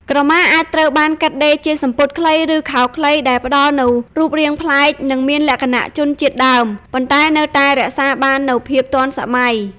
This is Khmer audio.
ក្រមាអាចត្រូវបានកាត់ដេរជាសំពត់ខ្លី ឬខោខ្លី ដែលផ្តល់នូវរូបរាងប្លែក និងមានលក្ខណៈជនជាតិដើម ប៉ុន្តែនៅតែរក្សាបាននូវភាពទាន់សម័យ។